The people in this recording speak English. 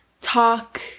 talk